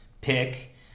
pick